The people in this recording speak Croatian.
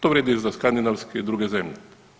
To vrijedi i za skandinavske i druge zemlje.